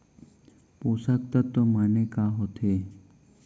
पोसक तत्व माने का होथे?